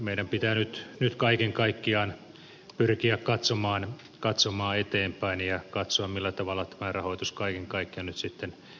meidän pitää nyt kaiken kaikkiaan pyrkiä katsomaan eteenpäin ja katsoa millä tavalla tämä rahoitus kaiken kaikkiaan nyt sitten hoidetaan